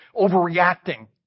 overreacting